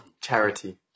Charity